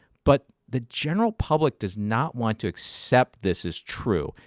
but the general public does not want to accept this is true,